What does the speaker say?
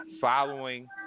following